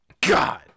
God